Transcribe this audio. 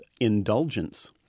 indulgence